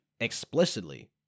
explicitly